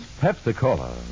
Pepsi-Cola